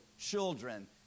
children